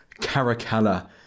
caracalla